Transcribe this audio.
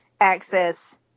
access